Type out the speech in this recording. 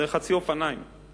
שזה חצי אופניים.